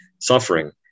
suffering